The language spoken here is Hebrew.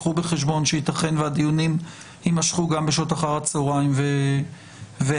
קחו בחשבון שייתכן והדיונים יימשכו גם בשעות אחר הצוהריים והערב.